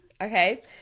Okay